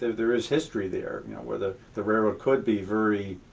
there is history there where the the railroad could be very.